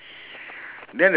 towel